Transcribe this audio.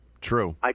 True